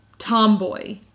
Tomboy